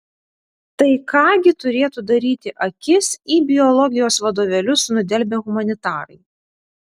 tai ką gi turėtų daryti akis į biologijos vadovėlius nudelbę humanitarai